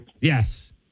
Yes